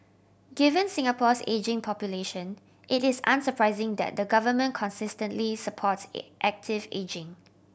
given Singapore's ageing population it is unsurprising that the government consistently supports active ageing